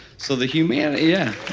so the humanity. yeah